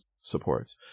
supports